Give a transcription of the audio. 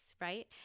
right